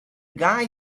guy